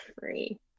free